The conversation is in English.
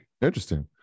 Interesting